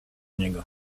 niego